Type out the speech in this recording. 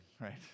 right